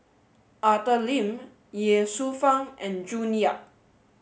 Arthur Lim Ye Shufang and June Yap